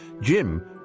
Jim